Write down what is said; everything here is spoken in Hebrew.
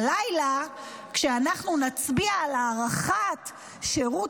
הלילה כשאנחנו נצביע על הארכת שירות